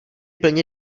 plně